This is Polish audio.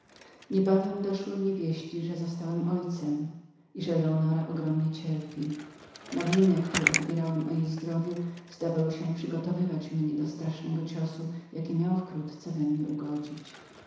niebawem doszły mnie wieści że zostałem ojcem i że leonora wiele ucierpiała nowiny które odbierałem o jej zdrowiu zdawały się przygotowywać mnie do strasznego ciosu jaki miał wkrótce we mnie ugodzić